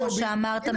כמו שאמרת,